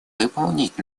выполнить